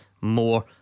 more